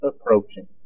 approaching